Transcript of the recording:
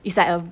it's like a